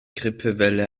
grippewelle